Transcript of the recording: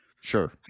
sure